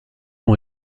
ont